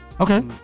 Okay